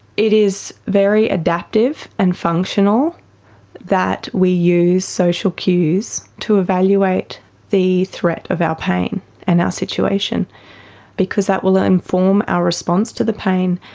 it is very adaptive and functional that we use social cues to evaluate the threat of our pain and our situation because that will inform our response to the pain,